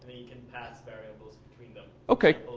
you can pass variables between them. ok.